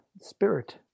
spirit